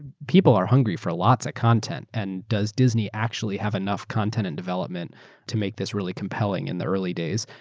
people are hungry for lots of content and does disney actually have enough content and development to make this really compelling in the early days?